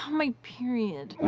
um my period.